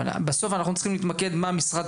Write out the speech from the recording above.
אבל בסוף אנחנו צריכים להתמקד במה שהמשרד